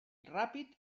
ràpid